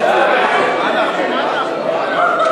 ההצעה להעביר את הצעת חוק משק החשמל (תיקון מס' 12),